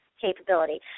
capability